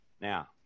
Now